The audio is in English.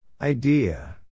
Idea